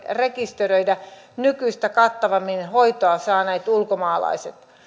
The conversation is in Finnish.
rekisteröidä nykyistä kattavammin hoitoa saaneet ulkomaalaiset